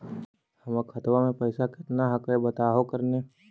हमर खतवा में पैसा कितना हकाई बताहो करने?